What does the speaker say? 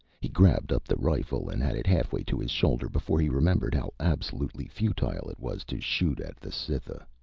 he grabbed up the rifle and had it halfway to his shoulder before he remembered how absolutely futile it was to shoot at the cytha.